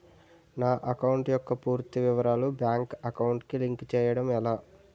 నా అకౌంట్ యెక్క పూర్తి వివరాలు బ్యాంక్ అకౌంట్ కి లింక్ చేయడం ఎలా?